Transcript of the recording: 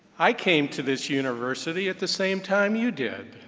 i came to this university at the same time you did,